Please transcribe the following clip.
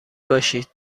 باشید